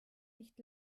nicht